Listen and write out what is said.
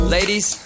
Ladies